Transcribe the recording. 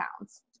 pounds